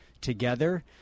together